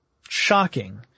shocking